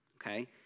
Okay